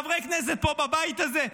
חברי כנסת פה בבית הזה,